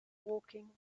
woking